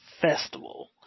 Festival